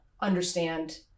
understand